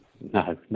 No